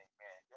Amen